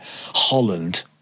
Holland